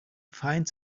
finds